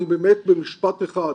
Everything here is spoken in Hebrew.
באמת במשפט אחד,